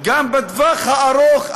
גם בטווח הארוך,